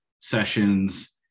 sessions